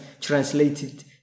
translated